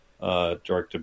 directed